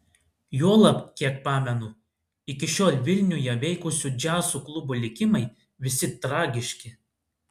juolab kiek pamenu iki šiol vilniuje veikusių džiazo klubų likimai visi tragiški